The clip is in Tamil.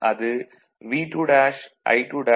அது V2'I2'cos ∅2'